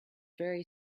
very